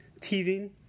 teething